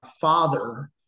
father